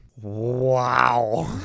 Wow